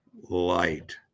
light